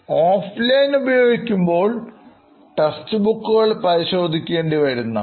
offline ഉപയോഗിക്കുമ്പോൾ text ബുക്കുകൾ പരിശോധിക്കേണ്ടി വരുന്നതാണ്